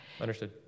Understood